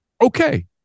okay